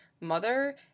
mother